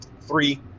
Three